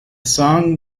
song